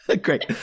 Great